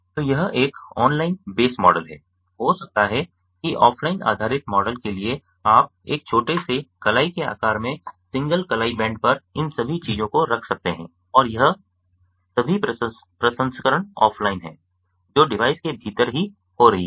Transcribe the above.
तो यह एक ऑनलाइन बेस मॉडल है हो सकता है कि ऑफ़लाइन आधारित मॉडल के लिए आप एक छोटे से कलाई के आकार में सिंगल कलाई बैंड पर इन सभी चीजों को रख सकते हैं और यह सभी प्रसंस्करण ऑफ़लाइन है जो डिवाइस के भीतर ही हो रही है